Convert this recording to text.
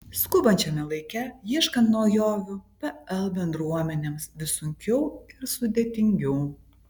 skubančiame laike ieškant naujovių pl bendruomenėms vis sunkiau ir sudėtingiau